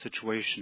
situation